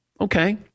Okay